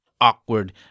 awkward